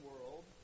world